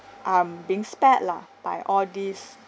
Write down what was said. I'm being spared lah by all this